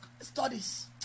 studies